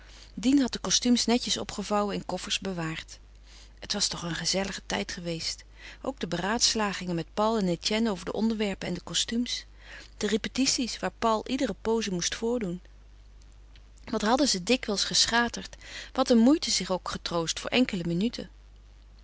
dien had de kostumes netjes opgevouwen in koffers bewaard het was toch een gezellige tijd geweest ook de beraadslagingen met paul en etienne over de onderwerpen en de kostumes de repetities waar paul iedere poze moest voordoen wat hadden zij dikwijls geschaterd wat een moeite zich ook getroost voor enkele minuten